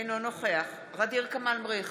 אינו נוכח ע'דיר כמאל מריח,